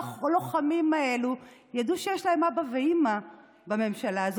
הלוחמים האלה ידעו שיש להם אבא ואימא בממשלה הזו,